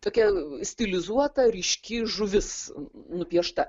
tokia stilizuota ryški žuvis nupiešta